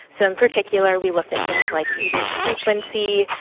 so in particular we looked at things like eating frequency,